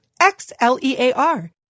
X-L-E-A-R